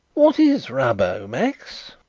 what is rubbo, max?